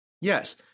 yes